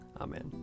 Amen